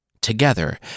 Together